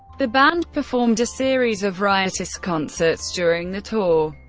the band performed a series of riotous concerts during the tour,